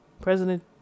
President